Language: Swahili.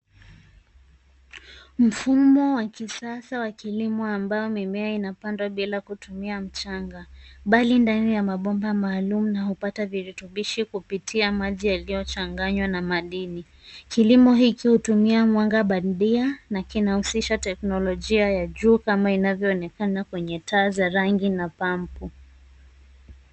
Mfumo wa kisasa wa kilimo ambao mimea inapandwa bila kutumia mchanga, bali ndani ya mabomba maalum na hupata virutubishi kupitia maji yaliyochanganywa na madini. Kilimo hiki hutumia mwanga bandia na kinahusisha teknolojia ya juu kama inavyoonekana kwenye taa za rangi na pampu.